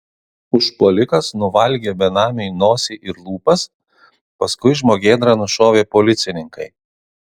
užpuolikas nuvalgė benamiui nosį ir lūpas paskui žmogėdrą nušovė policininkai